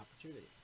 opportunity